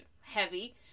heavy